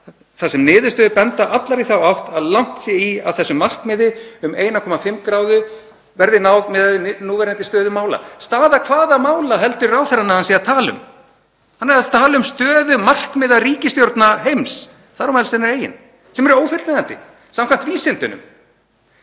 þar sem niðurstöður benda allar í þá átt að langt sé í að þessu markmiði um 1,5°C verði náð miðað við núverandi stöðu mála. Stöðu hvaða mála heldur ráðherrann að hann sé að tala um? Hann er að tala um stöðu markmiða ríkisstjórna heims, þar á meðal sinnar eigin, sem eru ófullnægjandi samkvæmt vísindunum.